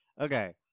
okay